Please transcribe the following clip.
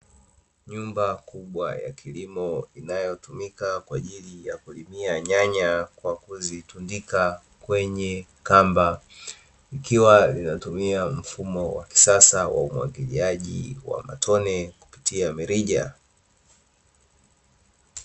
Nyumba kubwa ya kilimo, inayotumika kwa ajili ya kulimia nyanya kwa kuzitundika kwenye kamba, ikiwa inatumia mfumo wa kisasa wa umwagiliaji wa matone kupitia mirija.